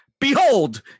Behold